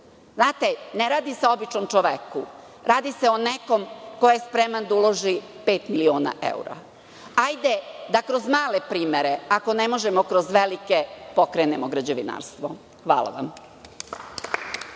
Znate, ne radi se o običnom čoveku, radi se o nekom ko je spreman da uloži pet miliona evra. Hajde da kroz male primere, ako ne možemo kroz velike, pokrenemo građevinarstvo. Hvala vam.